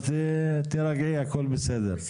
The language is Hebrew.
אז תירגעי הכל בסדר.